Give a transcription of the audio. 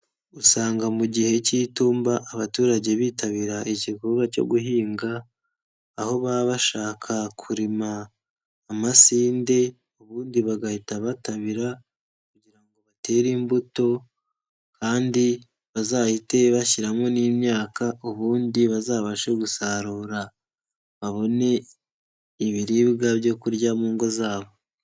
Usanga mu gihe cy'itumba abaturage bitabira igikorwa cyo guhinga, aho baba bashaka kurima amasinde ubundi bagahita batabira kugira ngo batere imbuto kandi bazahite bashyiramo n'imyaka ubundi bazabashe gusarura. Babone ibiribwa byo kurya mu ngo zabo.